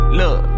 look